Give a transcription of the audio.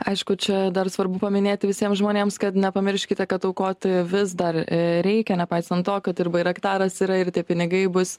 aišku čia dar svarbu paminėti visiems žmonėms kad nepamirškite kad aukoti vis dar reikia nepaisant to kad ir bairaktaras yra ir tie pinigai bus